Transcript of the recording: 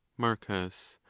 marcus.